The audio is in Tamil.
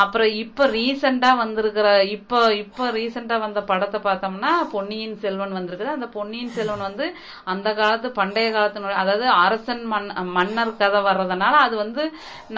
அப்புறம் இப்போ ரீசெண்ட்டாக வந்துருக்கிற இப்போ இப்போ ரீசெண்ட்டாக வந்த படத்தை பார்த்தோமுன்னா பொன்னியின் செல்வன் வந்திருக்குது அந்த பொன்னியின் செல்வன் வந்து அந்த காலத்து பண்டைய காலத்தின் அதாவது அரசன் மன் மன்னர் கதை வரதனால அது வந்து